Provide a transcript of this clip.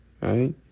right